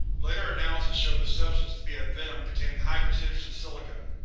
later analysis showed the substance to be a venom containing high percentages of silicon.